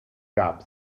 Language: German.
gab